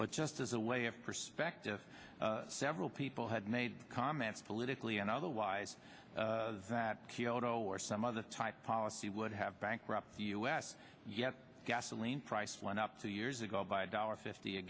but just as a way of perspective several people had made comments politically and otherwise that kyoto or some other type policy would have bankrupt the u s yet gasoline prices went up two years ago by a dollar fifty a